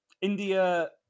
India